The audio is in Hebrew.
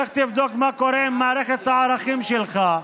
לך תבדוק מה קורה עם מערכת הערכים שלך,